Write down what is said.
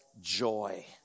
joy